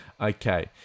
Okay